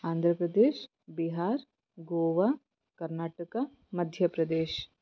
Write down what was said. Andhra Pradesh Bihar Goa Karnataka Madhya Pradesh